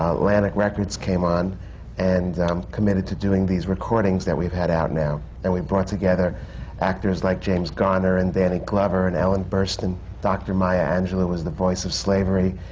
atlantic records came on and committed to doing these recordings that we've had out now. and we brought together actors like james garner and danny glover and ellen burstyn. dr. maya angelou was the voice of slavery.